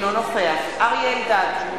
אינו נוכח אריה אלדד,